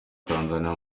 tanzania